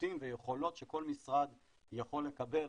שירותים ויכולות שכל משרד יכול לקבל,